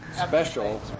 special